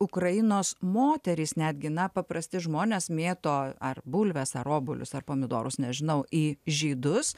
ukrainos moterys netgi na paprasti žmonės mėto ar bulves ar obuolius ar pomidorus nežinau į žydus